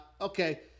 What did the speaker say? Okay